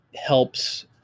helps